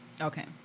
Okay